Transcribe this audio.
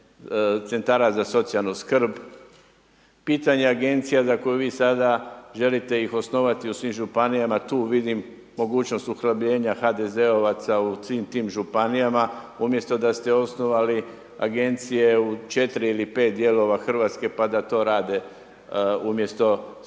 Centara za socijalnu skrb, pitanja Agencija za koju vi sada želite ih osnovati u svim Županijama, tu vidim mogućnost uhljebljenja HDZ-ovaca u svim tim Županijama, umjesto da ste osnovali Agencije u četiri ili pet dijelova Hrvatske pa da to rade umjesto tih